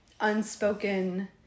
unspoken